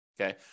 okay